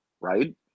right